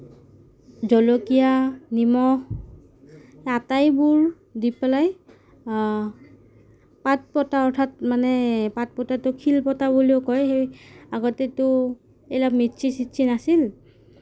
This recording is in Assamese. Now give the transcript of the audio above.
জলকীয়া নিমখ এই আটাইবোৰ দি পেলাই পাটপতাত অৰ্থাৎ মানে পাতপটাটো শিল পতা বুলিও কয় সেই আগতেটো এইবিলাক মিক্সি চিক্সি নাছিল